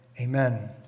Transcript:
amen